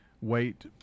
wait